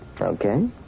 Okay